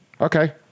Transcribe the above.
Okay